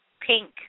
pink